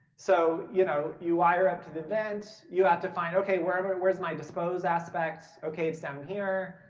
so you know you wire up to the event, you have to find okay, where's but where's my dispose aspects? okay, it's down here.